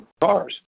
cars